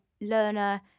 learner